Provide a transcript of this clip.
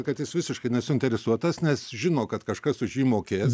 kad jis visiškai nesuinteresuotas nes žino kad kažkas už jį mokės